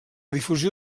difusió